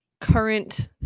current